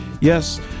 Yes